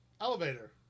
elevator